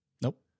Nope